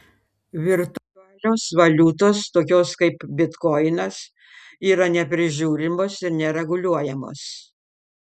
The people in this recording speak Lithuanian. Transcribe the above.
virtualios valiutos tokios kaip bitkoinas yra neprižiūrimos ir nereguliuojamos